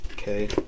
Okay